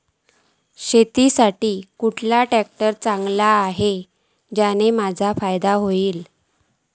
शेती साठी खयचो ट्रॅक्टर चांगलो अस्तलो ज्याने माजो फायदो जातलो?